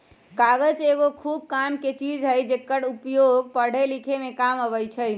कागज एगो खूब कामके चीज हइ जेकर उपयोग पढ़े लिखे में काम अबइ छइ